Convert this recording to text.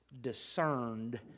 discerned